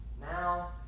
Now